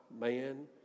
man